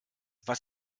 was